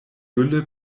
gülle